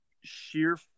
sheer